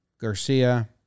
Garcia